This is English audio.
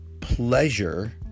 pleasure